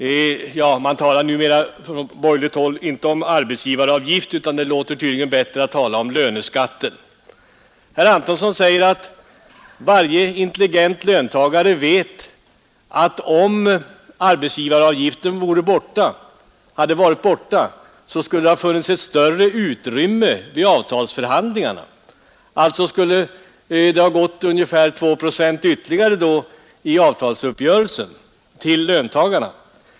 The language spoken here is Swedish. Ja, man talar ju numera från borgerligt håll inte om arbetsgivaravgift; det låter tydligen bättre att säga ”löneskatten”. Herr Antonsson sade att varje intelligent löntagare vet att det, om arbetsgivaravgiften hade varit borta, skulle ha funnits ett större utrymme vid avtalsförhandlingarna. Det skulle då alltså i avtalsuppgörelsen ha gått ytterligare ungefär två procent till löntagarna.